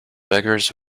beggars